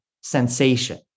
sensation